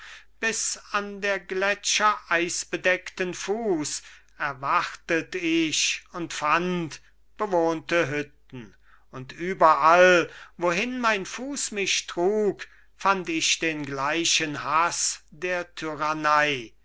bis an der gletscher eisbedeckten fuss erwartet ich und fand bewohnte hütten und überall wohin mein fuss mich trug fand ich den gleichen hass der tyrannei